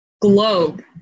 globe